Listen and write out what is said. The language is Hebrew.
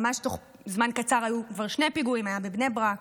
ממש בתוך זמן קצר היו כבר שני פיגועים: היה בבני ברק,